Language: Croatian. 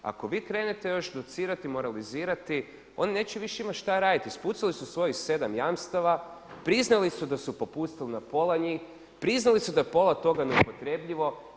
Ako vi krenete još docirati i moralizirati oni neće više imati što raditi, ispucali su svojih 7 jamstava, priznali su da su popustili na pola njih, priznali su da je pola toga neupotrebljivo.